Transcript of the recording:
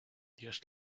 dios